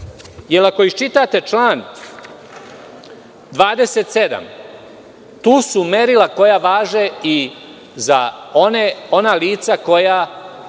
ako isčitate član 27. tu su merila koja važe i za ona lica koja